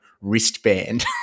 wristband